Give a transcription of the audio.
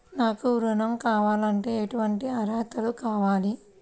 నాకు ఋణం కావాలంటే ఏటువంటి అర్హతలు కావాలి?